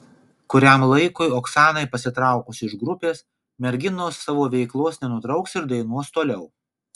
kuriam laikui oksanai pasitraukus iš grupės merginos savo veiklos nenutrauks ir dainuos toliau